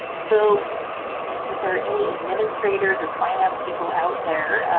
so if there are any administrators or finance people out there,